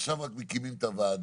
ועכשיו רק מקימים את הוועדה,